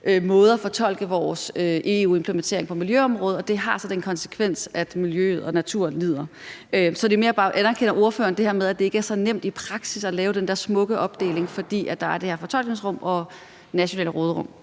måder at fortolke vores EU-implementering på miljøområdet på, og det har så den konsekvens, at miljøet og naturen lider. Anerkender ordføreren det her med, at det ikke er så nemt i praksis at lave den der smukke opdeling, fordi der er det her fortolkningsrum og nationale råderum?